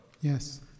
Yes